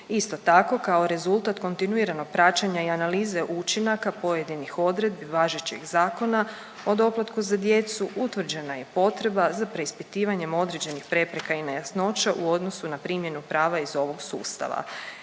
Isto tako kao rezultat kontinuiranog praćenja i analize učinaka pojedinih odredbi važećeg Zakona o doplatku za djecu utvrđena je potreba za preispitivanjem određenih prepreka i nejasnoća u odnosu na primjenu prava iz ovog sustava.